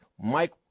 mike